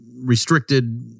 restricted